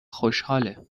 خوشحاله